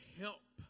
help